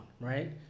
right